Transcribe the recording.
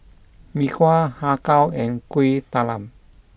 Mee Kuah Har Kow and Kuih Talam